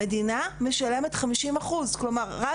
המדינה משלמת 50%, כלומר את